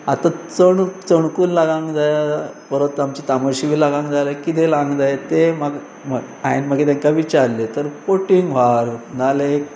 आतां चणक चणकूल लागूंक जाय परत आमची तामोशी बी लागूंक जाय जाल्यार किदें लावंक जाय तें म्हाका हांवें मागीर तांकां विचारलें तर पोटींग व्हर नाल्या एक